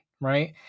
right